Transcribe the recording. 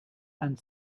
and